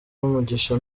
mugisha